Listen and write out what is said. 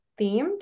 themed